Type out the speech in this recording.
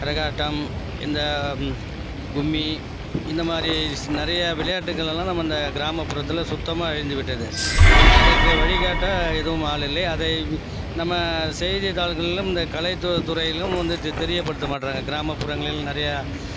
கரகாட்டம் இந்த கும்மி இந்த மாதிரி நறைய விளையாட்டுகளை எல்லாம் நம்ம இந்த கிராமபுரத்தில் சுத்தமா அழிந்துவிட்டது அதற்கு வழிகாட்ட எதுவும் ஆள் இல்லை அதை நம்ம செய்தி தாள்களிலும் இந்த கலைத்துறையிலும் வந்து தெ தெரியப்படுத்த மாட்டுறாங்க கிராமப்புறங்களில் நிறையா